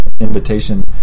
invitation